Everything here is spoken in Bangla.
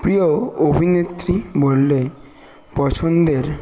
প্রিয় অভিনেত্রী বললে পছন্দের